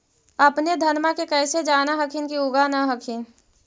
अपने धनमा के कैसे जान हखिन की उगा न हखिन?